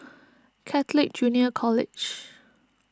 Catholic Junior College